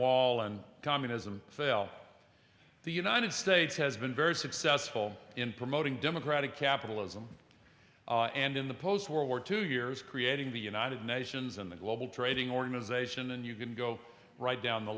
wall and communism fell the united states has been very successful in promoting democratic capitalism and in the post world war two years creating the united nations and the global trading organization and you can go right down the